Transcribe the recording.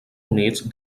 units